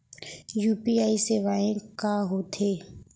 UPI सेवाएं का होथे?